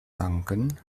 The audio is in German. tanken